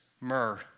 myrrh